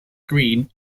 green